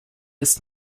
ist